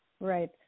Right